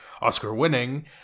Oscar-winning